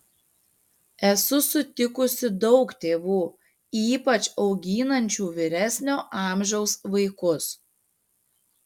esu sutikusi daug tėvų ypač auginančių vyresnio amžiaus vaikus